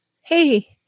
hey